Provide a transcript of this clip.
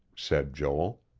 said joel.